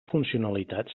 funcionalitat